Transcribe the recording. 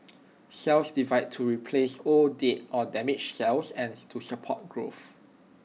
cells divide to replace old dead or damaged cells and to support growth